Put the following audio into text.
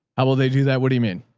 how will they do that? what do you mean?